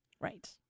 Right